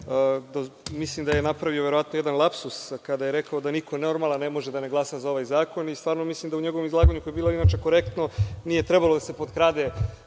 mislim da je napravio verovatno jedan lapsus kada je rekao da niko normalan ne može da ne glasa za ovaj zakon. Stvarno mislim da u njegovom izlaganju, koje je bilo inače korektno, nije trebalo da se potkrade